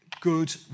good